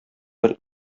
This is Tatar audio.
бер